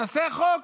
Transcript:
נעשה חוק.